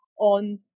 on